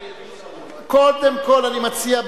קודם כול אני מציע,